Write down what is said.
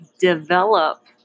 develop